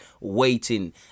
waiting